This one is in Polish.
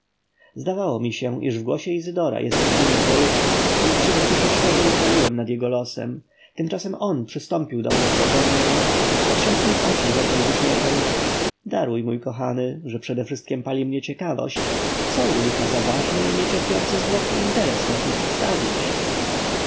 zdawało mi się iż w głosie izydora jest dźwięk goryczy więc się w duszy szczerze użaliłem nad jego losem tymczasem on przystąpił do mnie z dobrą miną i patrząc mi w oczy rzekł z uśmiechem daruj mój kochany że przedewszystkiem pali mnie ciekawość co u licha za ważny i niecierpiący zwłoki interes masz mi przedstawić